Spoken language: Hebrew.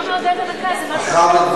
הוא לא מעודד הנקה, זה משהו אחר.